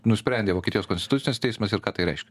nusprendė vokietijos konstitucinis teismas ir ką tai reiškia